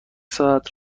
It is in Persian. ساعت